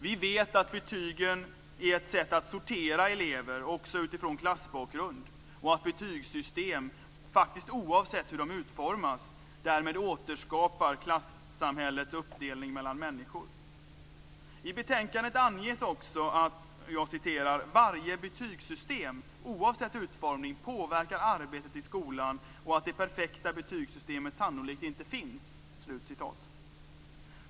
Vi vet att betygen är ett sätt att sortera elever också utifrån klassbakgrund och att betygssystem, faktiskt oavsett hur de utformas, därmed återskapar klassamhällets uppdelning mellan människor. I betänkandet anges också att "varje betygssystem, oavsett utformning, påverkar arbetet i skolan och att det perfekta betygssystemet sannolikt inte finns".